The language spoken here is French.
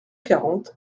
quarante